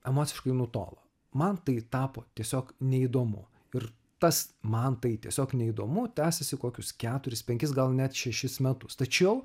emociškai nutolo man tai tapo tiesiog neįdomu ir tas man tai tiesiog neįdomu tęsėsi kokius keturis penkis gal net šešis metus tačiau